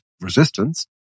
resistance